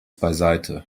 beiseite